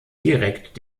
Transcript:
direkt